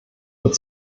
wird